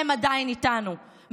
הם עדיין איתנו,